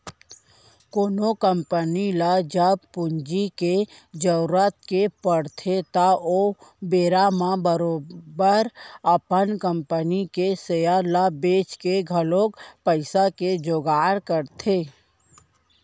कोनो कंपनी ल जब पूंजी के जरुरत के पड़थे त ओ बेरा म बरोबर अपन कंपनी के सेयर ल बेंच के घलौक पइसा के जुगाड़ करथे